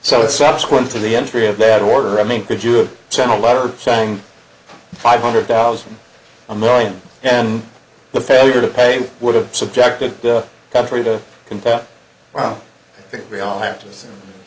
so subsequent to the entry of that order i mean could you have sent a letter saying five hundred thousand a million and the failure to pay would have subjected the country to conduct well i think we all have to assume